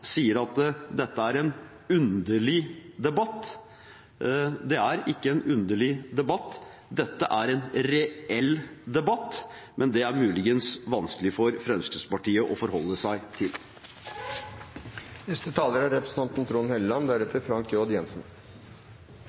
sier at dette er en underlig debatt. Det er ikke en underlig debatt, dette er en reell debatt, men det er muligens vanskelig for Fremskrittspartiet å forholde seg til.